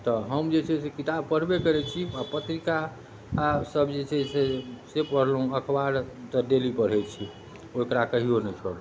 तऽ हम जे छै से किताब पढ़बे करै छी आओर पत्रिका आर सभ जे छै से से पढ़लहुँ अखबार तऽ डेली पढ़ै छी ओकरा कहियो नहि छोड़लहुँ